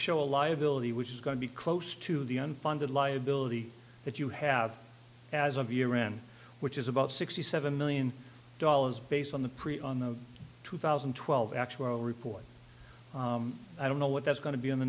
show a liability which is going to be close to the unfunded liability that you have as of year ran which is about sixty seven million dollars based on the pre on the two thousand and twelve actual report i don't know what that's going to be in the